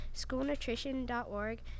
schoolnutrition.org